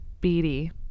Beatty